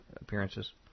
appearances